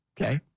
Okay